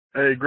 Hey